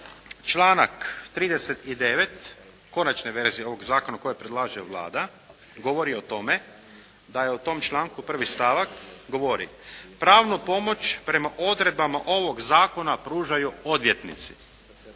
članak 39. konačne verzije ovog zakona koji predlaže Vlada govori o tome da je u tome članku 1. stavak govori: "Pravnu pomoć prema odredbama ovog zakona pružaju odvjetnici.".